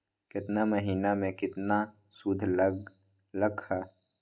केतना महीना में कितना शुध लग लक ह?